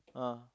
ah